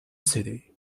city